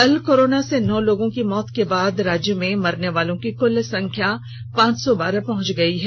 कल कोरोना से नौ लोगों की मौत के बाद राज्य में मरने वालों की कुल संख्या पांच सौ बारह पहुंच गई है